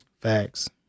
Facts